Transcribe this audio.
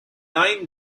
nine